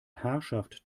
herrschaft